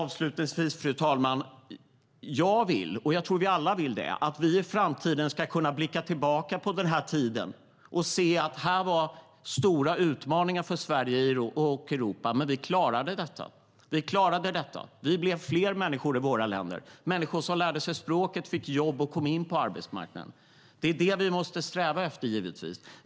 Avslutningsvis, fru talman: Jag vill - och jag tror att vi alla vill det - att vi i framtiden ska kunna blicka tillbaka på den här tiden och se att här fanns stora utmaningar för Sverige och Europa, men vi klarade det. Vi blev fler människor i våra länder. Människor som lärde sig språket fick jobb och kom in på arbetsmarknaden. Det är givetvis det vi måste sträva efter.